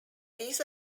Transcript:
these